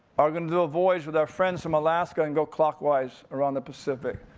are gonna do a voyage with our friends from alaska, and go clockwise around the pacific.